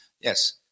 Yes